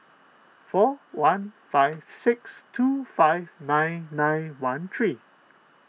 four one five six two five nine nine one three